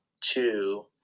Two